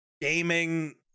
gaming